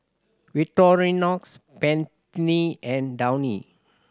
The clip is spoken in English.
Victorinox Pantene and Downy